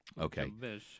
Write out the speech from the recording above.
Okay